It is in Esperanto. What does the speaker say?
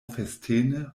festene